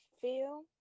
feel